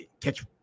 catch